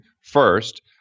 first